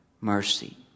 mercy